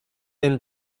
and